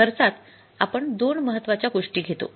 खर्चात आपण दोन महत्त्वाच्या गोष्टी घेतो